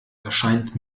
erscheint